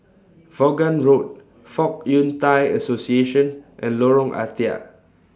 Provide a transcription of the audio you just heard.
Vaughan Road Fong Yun Thai Association and Lorong Ah Thia